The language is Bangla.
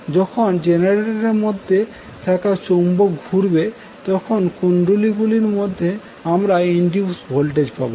যখন জেনারেটর এর মধ্যে থাকা চৌম্বক ঘুরবে তখন এই কুণ্ডলী গুলির মধ্যে আমরা ইনডিউসড ভোল্টেজ পাবো